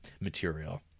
material